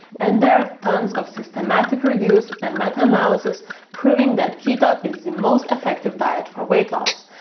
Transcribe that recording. and there are tons of systematic reviews and meta analysis proving that keto is the most effective diet for weight loss.